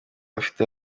afite